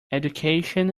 education